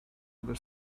other